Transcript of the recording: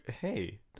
Hey